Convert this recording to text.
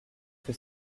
que